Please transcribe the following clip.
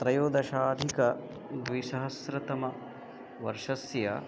त्रयोदशाधिकद्विसहस्रतमवर्षस्य